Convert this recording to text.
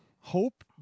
hope